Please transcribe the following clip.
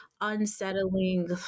unsettling